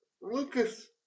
Lucas